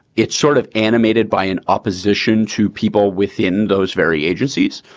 it's sort of animated by an opposition to people within those very agencies.